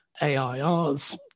AIR's